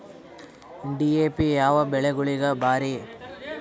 DAP ಯಾವ ಬೆಳಿಗೊಳಿಗ ಭಾರಿ?